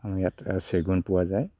আমাৰ ইয়াত চেগুন পোৱা যায়